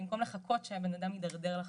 במקום לחכות שהבן יתדרדר לחלוטין.